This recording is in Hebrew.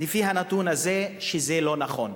לפי הנתון הזה מתברר שזה לא נכון.